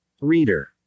Reader